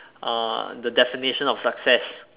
uh the definition of success